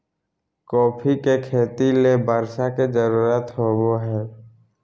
coffee के खेती ले बर्षा के जरुरत होबो हइ